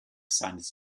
seines